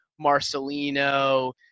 Marcelino